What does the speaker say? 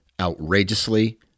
outrageously